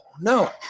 no